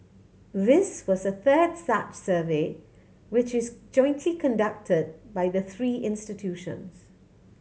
this was the third such survey which is conducted by the three institutions